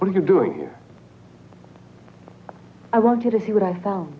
what are you doing here i want you to see what i found